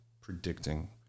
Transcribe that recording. predicting